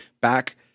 Back